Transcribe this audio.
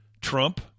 Trump